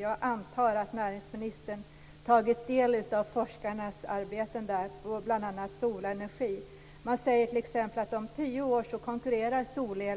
Jag antar att näringsministern tagit del av forskarnas arbete med bl.a. solenergi. Man säger t.ex. att sol-el om tio år kommer att konkurrera